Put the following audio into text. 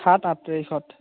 সাত আঠ তাৰিখত